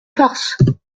farces